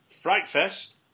Frightfest